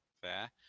Fair